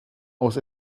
aus